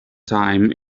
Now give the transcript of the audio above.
time